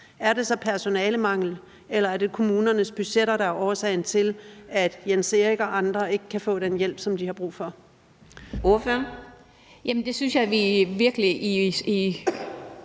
Er det så personalemangel, eller er det kommunernes budgetter, der er årsagen til, at Jens Erik og andre ikke kan få den hjælp, som de har brug for?